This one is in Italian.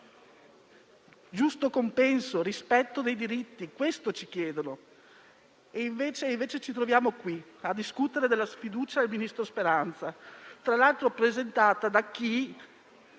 giusto compenso, rispetto dei diritti: questo ci chiedono e invece ci troviamo qui, a discutere della sfiducia al ministro Speranza, tra l'altro presentata da chi,